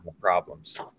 problems